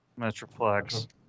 Metroplex